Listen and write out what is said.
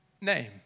name